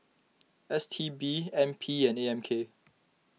S T B N P and A M K